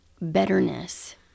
betterness